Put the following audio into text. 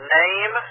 name